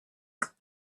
asked